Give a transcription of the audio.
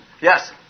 Yes